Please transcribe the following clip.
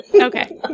okay